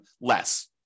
less